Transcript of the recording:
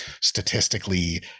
statistically